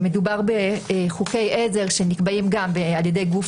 מדובר בחוקי עזר שנקבעים גם על ידי גוף